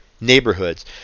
neighborhoods